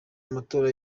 amatora